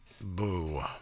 Boo